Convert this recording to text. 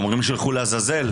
הם אומרים שילכו לעזאזל.